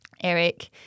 Eric